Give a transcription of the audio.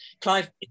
Clive